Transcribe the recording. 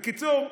בקיצור,